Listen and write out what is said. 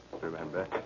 remember